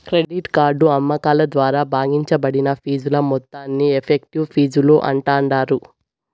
credit card అమ్మకాల ద్వారా భాగించబడిన ఫీజుల మొత్తాన్ని ఎఫెక్టివ్ ఫీజులు అంటాండారు